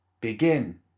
Begin